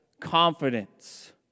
confidence